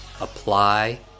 apply